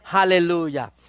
Hallelujah